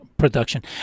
Production